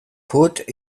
put